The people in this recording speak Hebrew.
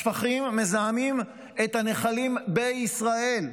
השפכים מזהמים את הנחלים בישראל: